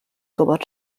gwybod